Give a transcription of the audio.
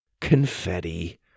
Confetti